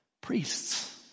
Priests